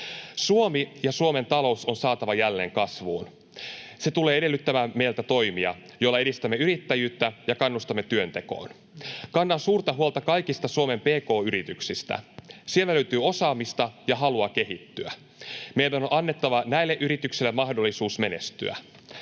Suomi ja Suomen talous on saatava jälleen kasvuun. Se tulee edellyttämään meiltä toimia, joilla edistämme yrittäjyyttä ja kannustamme työntekoon. Kannan suurta huolta kaikista Suomen pk-yrityksistä. Sieltä löytyy osaamista ja halua kehittyä. Meidän on annettava näille yrityksille mahdollisuus menestyä.